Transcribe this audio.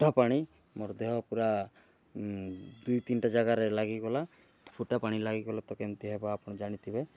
ଫୁଟା ପାଣି ମୋର ଦେହ ପୂରା ଦୁଇ ତିନିଟା ଜାଗାରେ ଲାଗିଗଲା ଫୁଟା ପାଣି ଲାଗି ଗଲା ତ କେମତି ହେବା ଆପଣ ଜାଣିଥିବେ